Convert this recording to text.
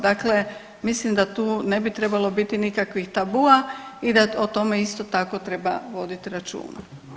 Dakle mislim da tu ne bi trebalo biti nikakvih tabua i da o tome isto tako, treba voditi računa.